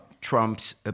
Trump's